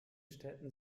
städten